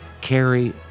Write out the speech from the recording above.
Carrie